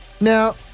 now